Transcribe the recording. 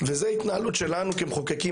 זו התנהלות שלנו כמחוקקים,